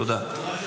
תודה.